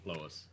Lois